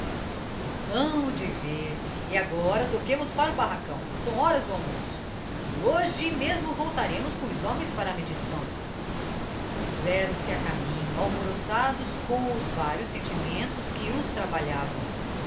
de ver e agora toquemos para o barracão são horas do almoço e hoje mesmo voltaremos com os homens para a medição puzeram se a caminho alvoroçados com os vários sentimentos que os trabalhavam